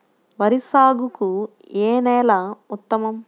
వరి సాగుకు ఏ నేల ఉత్తమం?